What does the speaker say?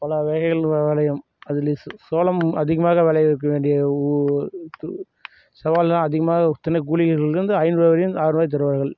பல வகைகள் விளையும் அதுலே சோளம் அதிகமாக விளையக் கூடிய ஒரு ஊ சவாலெலாம் அதிகமாக தினக்கூலிகளுக்கு வந்து ஐந்நூறுபாயில் இருந்து ஆயர்ரூவாய் தருவார்கள்